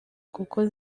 kuko